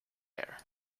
air